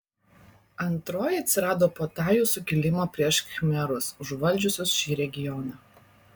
antroji atsirado po tajų sukilimo prieš khmerus užvaldžiusius šį regioną